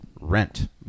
rent